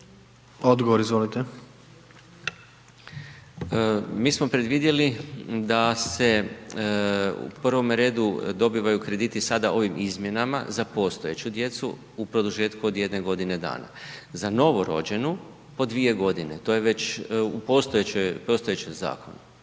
**Uhlir, Željko** Mi smo predvidjeli da se u prvome redu dobivaju krediti sada ovim izmjenama za postojeću djecu u produžetku od jedne godine dana, za novorođenu po 2.g., to je već u postojećoj,